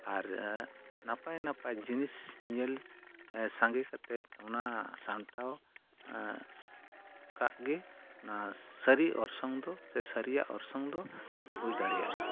ᱟᱨ ᱱᱟᱯᱟᱭ ᱱᱟᱯᱟᱭ ᱡᱤᱱᱤᱥ ᱧᱮᱞ ᱥᱟᱸᱜᱮ ᱠᱟᱛᱮᱫ ᱚᱱᱟ ᱥᱟᱢᱴᱟᱣ ᱠᱟᱜ ᱜᱮ ᱚᱱᱟ ᱥᱟᱹᱨᱤ ᱚᱨᱥᱚᱝ ᱫᱚ ᱥᱟᱹᱨᱤᱭᱟᱜ ᱚᱨᱥᱚᱝ ᱫᱚ ᱦᱩᱭ ᱫᱟᱲᱮᱭᱟᱜᱼᱟ